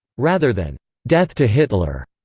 rather than death to hitler.